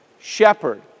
shepherd